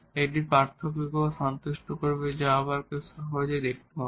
এটি পার্থক্যকেও সন্তুষ্ট করবে যা আবার কেউ সহজেই দেখতে পারে